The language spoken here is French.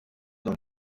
dans